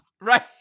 Right